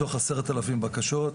מתוך עשרת אלפים בקשות.